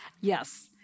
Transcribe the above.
Yes